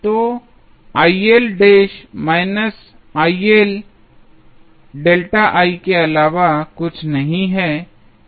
तो के अलावा कुछ भी नहीं है